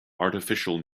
artificial